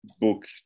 book